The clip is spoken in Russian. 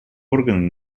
органы